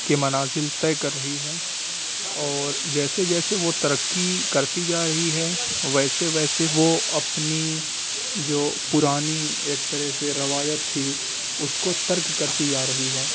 کے منزل طے کر رہی ہے اور جیسے جیسے وہ ترقی کرتی جا رہی ہے ویسے ویسے وہ اپنی جو پرانی ایک طرح سے روایت تھی اس کو ترک کرتی جا رہی ہے